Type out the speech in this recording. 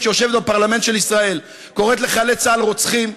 שיושבת בפרלמנט של ישראל קוראת לחיילי צה"ל רוצחים,